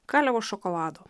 kalevo šokolado